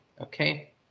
okay